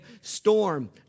storm